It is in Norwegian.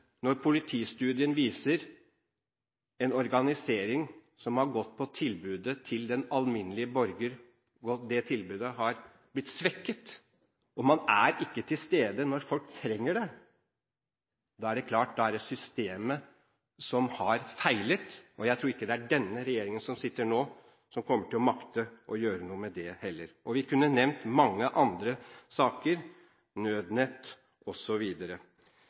når politistudien viser en organisering som har gått på tilbudet til den alminnelige borger, og det tilbudet har blitt svekket og man ikke er til stede når folk trenger det – da er det klart at det er systemet som har feilet. Jeg tror ikke det er den regjeringen som sitter nå, som kommer til å makte å gjøre noe med det – heller. Jeg kunne nevnt mange andre saker: nødnett